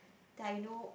that I know